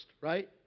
right